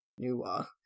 Nuwa